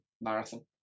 marathon